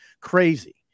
crazy